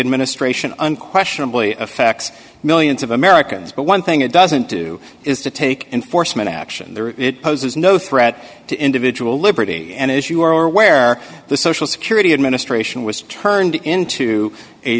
administration unquestionably affects millions of americans but one thing it doesn't do is to take enforcement action there it poses no threat to individual liberty and as you are aware the social security administration was turned into a